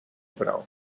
prou